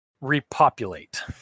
Repopulate